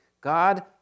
God